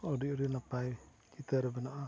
ᱟᱹᱰᱤ ᱟᱹᱰᱤ ᱱᱟᱯᱟᱭ ᱪᱤᱛᱟᱹᱨ ᱵᱮᱱᱟᱜᱼᱟ